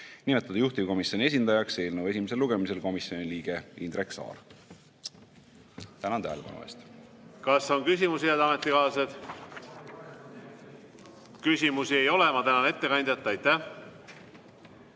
nimetada juhtivkomisjoni esindajaks eelnõu esimesel lugemisel komisjoni liige Indrek Saar. Tänan tähelepanu eest! Kas on küsimusi, head ametikaaslased? Küsimusi ei ole. Ma tänan ettekandjat. Kas